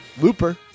Looper